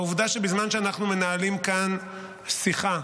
העובדה שבזמן שאנחנו מנהלים כאן שיחה,